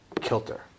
Kilter